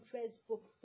Facebook